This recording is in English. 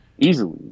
easily